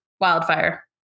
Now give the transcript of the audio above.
wildfire